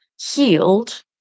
healed